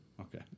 Okay